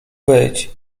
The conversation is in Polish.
być